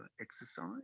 exercise